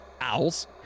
owls